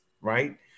right